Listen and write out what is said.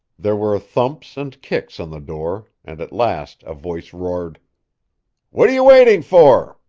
there were thumps and kicks on the door, and at last a voice roared what are you waiting for?